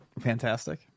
fantastic